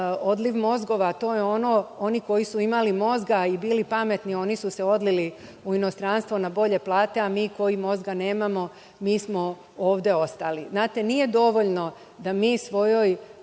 odliv mozgova je ono, oni koji su imali mozga i bili pametni, oni su se odlili u inostranstvo na bolje plate, a mi koji mozga nemamo, mi smo ovde ostali. Znate, nije dovoljno da mi svojoj